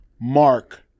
mark